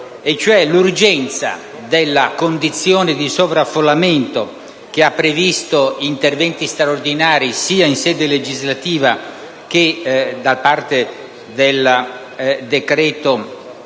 determinata dalla condizione di sovraffollamento, che ha previsto interventi straordinari sia in sede legislativa sia da parte del Presidente